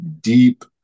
deep